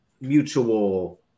mutual